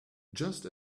just